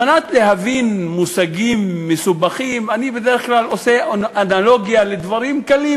כדי להבין מושגים מסובכים אני בדרך כלל עושה אנלוגיה לדברים קלים,